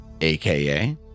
aka